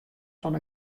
fan